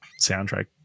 soundtrack